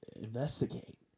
investigate